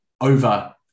over